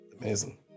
Amazing